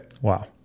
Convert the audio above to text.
Wow